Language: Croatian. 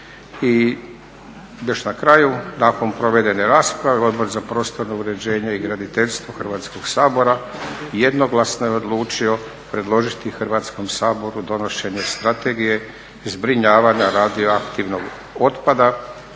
I još na kraju nakon provedene rasprave Odbor za prostorno uređenje i graditeljstvo Hrvatskog sabora jednoglasno je odlučio predložiti Hrvatskom saboru donošenje Strategije zbrinjavanja radioaktivnog otpada,